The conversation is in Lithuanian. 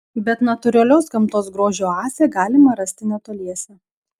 bet natūralios gamtos grožio oazę galima rasti netoliese